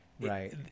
Right